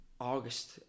August